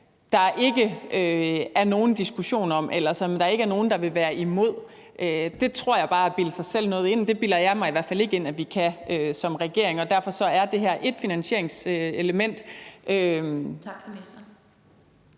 der ikke er nogen diskussion om, eller der ikke er nogen, der vil være imod, tror jeg bare er at bilde sig selv noget ind. Det bilder jeg mig i hvert fald ikke ind at vi kan som regering. Og derfor er det her ét finansieringselement. Kl.